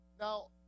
Now